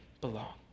belong